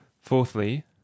fourthly